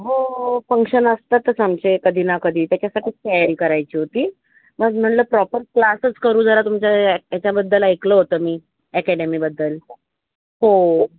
हो हो फंक्शन असतातच आमचे कधी ना कधी त्याच्यासाठीच तयारी करायची होती मग म्हटलं प्रॉपर क्लासच करू जरा तुमच्या याच्याबद्दल ऐकलं होतं मी ऍकेडेमीबद्दल हो